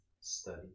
Study